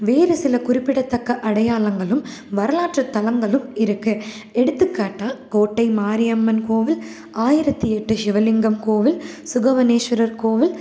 வேறு சில குறிப்பிடத்தக்க அடையாளங்களும் வரலாற்று தலங்களும் இருக்குது எடுத்துக்காட்டாக கோட்டை மாரியம்மன் கோவில் ஆயிரத்து எட்டு சிவலிங்கம் கோவில் சுகவனேஸ்வரர் கோவில்